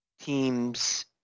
teams